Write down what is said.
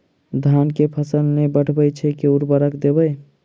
धान कऽ फसल नै बढ़य छै केँ उर्वरक देबै?